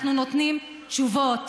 אנחנו נותנים תשובות.